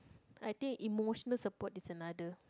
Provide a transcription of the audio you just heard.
I think emotional support is another